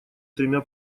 тремя